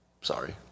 Sorry